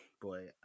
boy